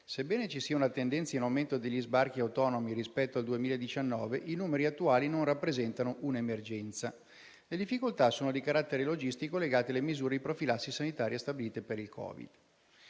"sebbene ci sia una tendenza in aumento degli sbarchi autonomi rispetto al 2019, i numeri attuali non rappresentano un'emergenza. Le difficoltà sono di carattere logistico legate alle misure di profilassi sanitaria stabilite per il Covid